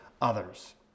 others